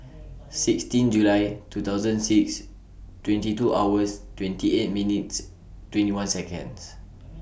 sixteen July two thousand six twenty two hours twenty eight minutes twenty one Seconds